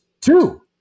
two